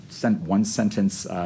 one-sentence